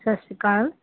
ਸਤਿ ਸ਼੍ਰੀ ਅਕਾਲ